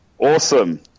Awesome